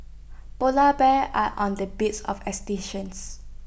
Polar Bears are on the bids of extinction